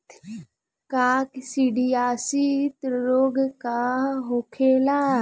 काकसिडियासित रोग का होखेला?